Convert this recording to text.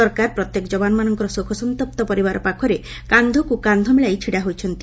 ସରକାର ପ୍ରତ୍ୟେକ ଯବାନଙ୍କର ଶୋକ ସନ୍ତପ୍ତ ପରିବାର ପାଖରେ କାନ୍ଧକୁ କାନ୍ଧ ମିଳାଇ ଛିଡ଼ା ହୋଇଛନ୍ତି